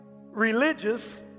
religious